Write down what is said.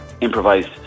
improvised